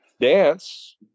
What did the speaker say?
dance